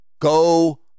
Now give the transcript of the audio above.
Go